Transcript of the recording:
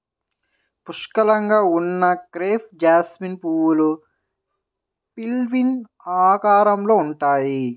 పుష్కలంగా ఉన్న crape jasmine పువ్వులు పిన్వీల్ ఆకారంలో ఉంటాయి